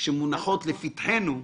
שמונחות לפתחנו --?